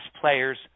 players